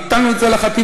והטלנו את זה על החטיבה,